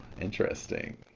interesting